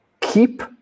Keep